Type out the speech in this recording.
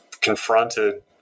confronted